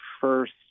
first